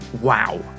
Wow